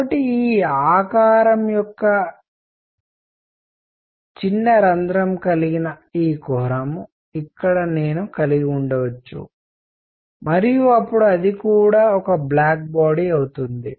కాబట్టి ఈ ఆకారం యొక్క ఒక చిన్న రంధ్రం కలిగిన ఈ కుహరం ఇక్కడ నేను కలిగి ఉండవచ్చు మరియు అపుడు అది కూడా ఒక బ్లాక్ బాడీ అవుతుంది